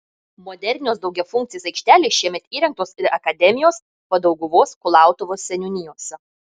modernios daugiafunkcės aikštelės šiemet įrengtos ir akademijos padauguvos kulautuvos seniūnijose